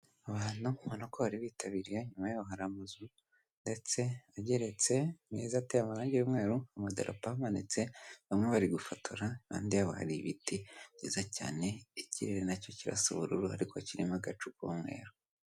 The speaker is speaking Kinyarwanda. Abantu ubona ko bari bitabiriye, inyuma yabo hari amazu ndetse ageretse meza ateye amarangi y'umweru, amadarapo ahamanitse bamwe bari gufotora impande yabo hari ibiti byiza cyane, ikirere na cyo kirasa ubururu ariko kirimo agacu k'umweru.